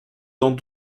dans